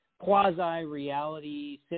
quasi-reality